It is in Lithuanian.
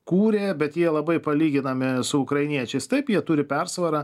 kūrė bet jie labai palyginami su ukrainiečiais taip jie turi persvarą